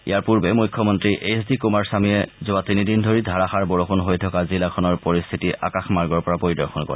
ইয়াৰ পূৰ্বে মুখ্যমন্তী H D কুমাৰস্বামীয়ে যোৱা তিনিদিন ধৰি ধাৰাসাৰ বৰষুণ হৈ থকা জিলাখনৰ পৰিস্থিতি আকাশমাৰ্গৰ পৰা পৰিদৰ্শন কৰে